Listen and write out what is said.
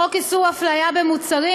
חוק איסור הפליה במוצרים,